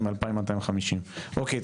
אוקיי,